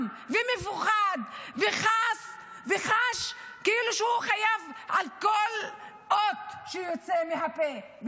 ומפוחד וחש כאילו שעל כל אות שיוצאת מהפה,